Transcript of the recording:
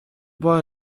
boy